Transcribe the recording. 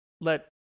let